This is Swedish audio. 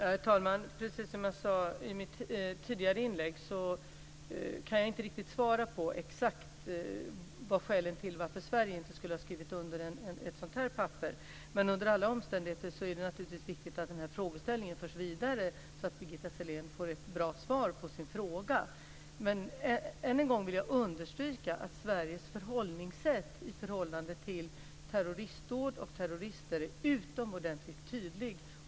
Herr talman! Precis som jag sade i mitt tidigare inlägg så kan jag inte svara exakt på vilka skäl som finns för att Sverige inte har skrivit under konventionen. Men under alla omständigheter är det naturligtvis viktigt att denna frågeställning förs vidare så att Birgitta Sellén får ett bra svar på sin fråga. Men än en gång vill jag understryka att Sveriges förhållningssätt i fråga om terroristdåd och terrorister är utomordentligt tydligt.